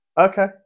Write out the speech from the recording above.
Okay